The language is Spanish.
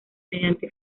mediante